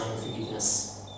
forgiveness